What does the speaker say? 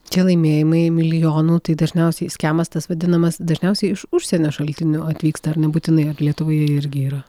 tie laimėjimai milijonų tai dažniausiai skemas tas vadinamas dažniausiai iš užsienio šaltinių atvyksta ar nebūtinai ar lietuvoje irgi yra